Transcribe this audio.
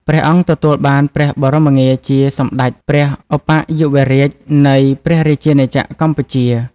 ព្រះអង្គទទួលបានព្រះបមងារជា "សម្ដេចព្រះឧបយុវរាជនៃព្រះរាជាណាចក្រកម្ពុជា"។